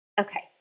Okay